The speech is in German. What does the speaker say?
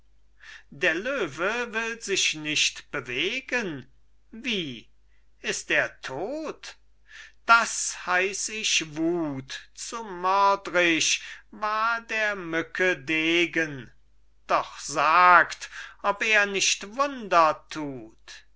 der löwe will sich nicht bewegen wie ist er tot das heiß ich wut zu mördrisch war der mücke degen doch sagt ob er nicht wunder tut